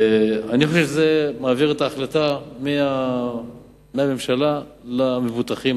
אני חושב שזה מעביר את ההחלטה מהממשלה למבוטחים,